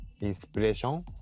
inspiration